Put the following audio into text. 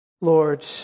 Lord